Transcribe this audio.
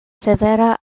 severa